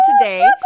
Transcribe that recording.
today